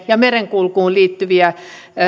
ja merenkulkuun liittyviä